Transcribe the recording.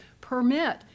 permit